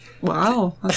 wow